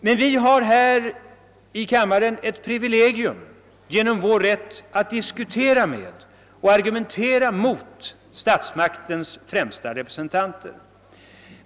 Men vi här i kammaren har ett privilegium i vår rätt att diskutera med och argumentera mot statsmaktens främsta representanter.